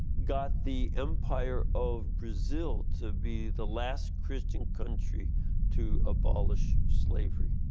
got the empire of brazil to be the last christian country to abolish slavery.